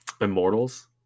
Immortals